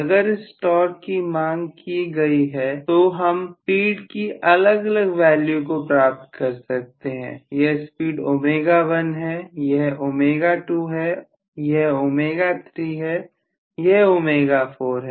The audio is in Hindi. अगर इस टॉर्क की मांग की गई है तो हम स्पीड की अलग अलग वैल्यू को प्राप्त कर सकते हैं यह स्पीड ω1 है यह ω2 है यह ω3 है यह ω4 है